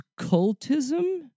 cultism